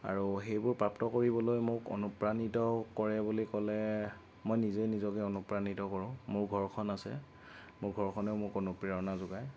আৰু সেইবোৰ প্ৰাপ্ত কৰিবলৈ মোক অনুপ্ৰাণিত কৰে বুলি কলে মই নিজে নিজকে অনুপ্ৰাণিত কৰোঁ মোৰ ঘৰখন আছে মোৰ ঘৰখনে মোক অনুপ্ৰেৰণা যোগায়